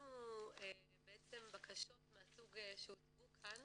אלינו בקשות מהסוג שהוצגו כאן